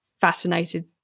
fascinated